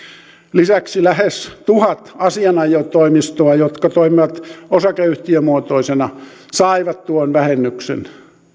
lisäksi lähes tuhat asianajotoimistoa jotka toimivat osakeyhtiömuotoisena saivat tuon vähennyksen